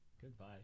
Goodbye